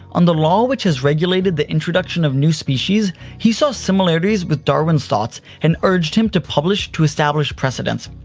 on the law which has regulated the introduction of new species, he saw similarities with darwin's thoughts and urged him to publish to establish precedence.